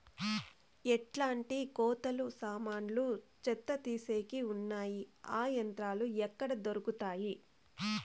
ఎట్లాంటి కోతలు సామాన్లు చెత్త తీసేకి వున్నాయి? ఆ యంత్రాలు ఎక్కడ దొరుకుతాయి?